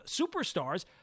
superstars